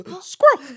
squirrel